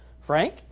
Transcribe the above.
Frank